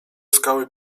skały